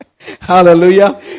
Hallelujah